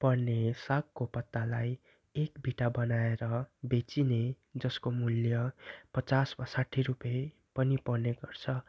पर्ने सागको पत्तालाई एक बिटा बनाएर बेचिने जसको मूल्य पचास वा साठि रुपियाँ पनि पर्ने गर्छ